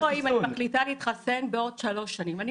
ומה אם אני מחליטה להתחסן בעוד שלוש שנים?